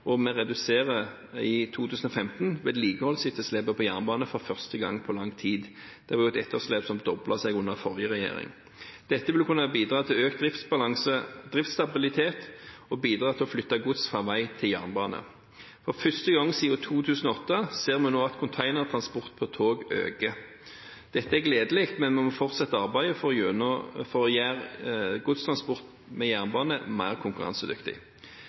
og vi reduserer i 2015 vedlikeholdsetterslepet på jernbane for første gang på lang tid. Det er et etterslep som doblet seg under forrige regjering. Dette vil kunne bidra til økt driftsstabilitet og bidra til å flytte gods fra vei til jernbane. For første gang siden 2008 ser vi nå at containertransport på tog øker. Dette er gledelig, men vi må fortsette arbeidet for å gjøre godstransport med jernbane mer konkurransedyktig.